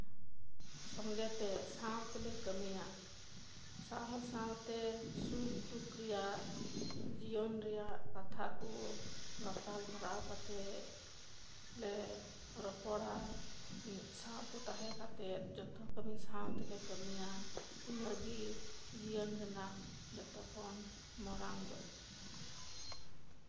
ᱥᱚᱸᱜᱮ ᱛᱮ ᱥᱟᱶᱛᱮᱞᱮ ᱠᱟᱹᱢᱤᱭᱟ ᱥᱟᱶᱼᱥᱟᱶ ᱛᱮ ᱥᱩᱠᱼᱫᱩᱠ ᱨᱮᱭᱟᱜ ᱡᱤᱭᱚᱱ ᱨᱮᱭᱟᱜ ᱠᱟᱛᱷᱟ ᱠᱚ ᱜᱟᱯᱟᱞᱢᱟᱨᱟᱣ ᱠᱟᱛᱮ ᱞᱮ ᱨᱚᱯᱚᱲᱟ ᱥᱟᱶᱛᱮ ᱛᱟᱦᱮᱸ ᱠᱟᱛᱮ ᱡᱚᱛᱚ ᱠᱟᱹᱢᱤ ᱥᱟᱶ ᱛᱮᱞᱮ ᱠᱟᱹᱢᱤᱭᱟ ᱤᱱᱟᱹ ᱜᱮ ᱡᱤᱭᱚᱱ ᱨᱮᱱᱟᱝ ᱡᱚᱛᱚ ᱠᱷᱚᱱ ᱢᱟᱨᱟᱝ ᱫᱚ